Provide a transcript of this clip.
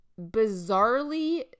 bizarrely